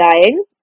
dying